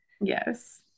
yes